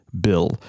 Bill